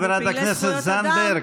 חברת הכנסת זנדברג.